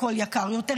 הכול יקר יותר,